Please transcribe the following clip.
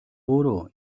өөрөө